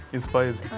Inspires